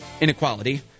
inequality –